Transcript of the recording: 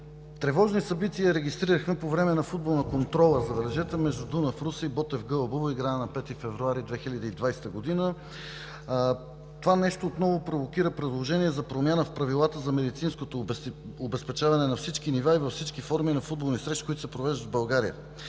Тревожни събития регистрирахме по време на футболната контрола, забележете, между „Дунав – Русе“, и „Ботев – Гълъбово“, играна на 5 февруари 2020 г. Това нещо отново провокира предложение за промяна в правилата за медицинското обезпечаване на всички нива и във всички форми на футболни срещи, които се провеждат в България.